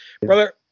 Brother